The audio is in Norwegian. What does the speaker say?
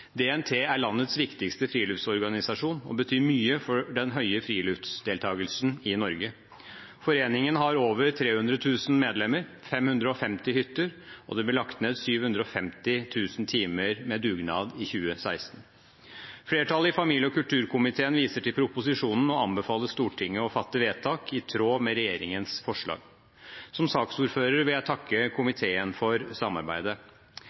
DNT er landets viktigste friluftsorganisasjon og betyr mye for den høye friluftslivsdeltakelsen i Norge. Foreningen har over 300 000 medlemmer og 550 hytter, og det ble lagt ned 750 000 dugnadstimer i 2016. Flertallet i familie- og kulturkomiteen viser til proposisjonen og anbefaler Stortinget å fatte vedtak i tråd med regjeringens forslag. Som saksordfører vil jeg takke komiteen for samarbeidet.